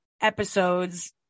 episodes